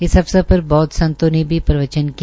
इस अवसर पर बौदव संतो ने भी प्रवचन किया